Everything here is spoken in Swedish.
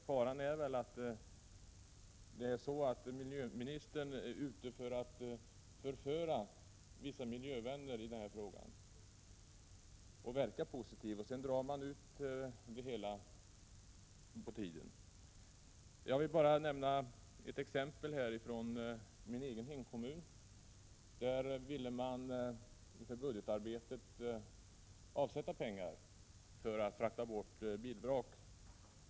Faran är väl att miljöministern är ute för att förföra vissa miljövänner genom att verka positiv men att det hela sedan drar ut på tiden. Jag vill nämna ett exempel från min egen hemkommun. Inför budgetarbetet ville man avsätta pengar för att frakta bort bilvrak.